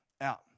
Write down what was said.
out